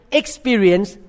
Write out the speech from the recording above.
experience